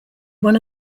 won